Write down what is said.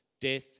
death